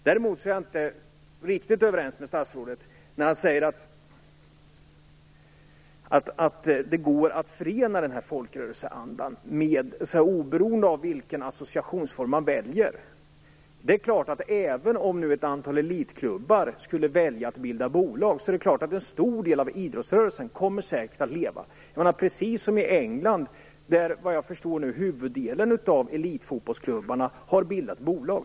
Däremot är jag inte riktigt överens med statsrådet när han säger att det går att behålla folkrörelseandan oberoende av vilken associationsform man väljer. Även om ett antal elitklubbar skulle välja att bilda bolag kommer självfallet en stor del av idrottsrörelsen att leva. I England har, vad jag förstår, huvuddelen av elitfotbollsklubbarna bildat bolag.